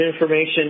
information